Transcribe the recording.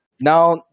Now